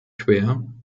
quer